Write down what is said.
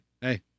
hey